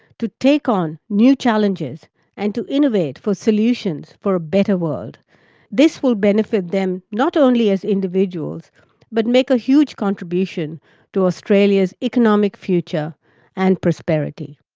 to take on new challenges and to innovate for solutions for a better world this will benefit them not only as individuals but make a huge contribution to australia's economic future and prosperity.